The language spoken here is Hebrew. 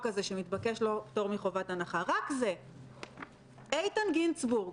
הזה שמתבקש לו פטור מחובת הנחה: איתן גינזבורג